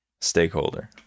Stakeholder